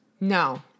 No